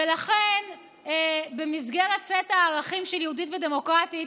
ולכן במסגרת סט הערכים של יהודית ודמוקרטית,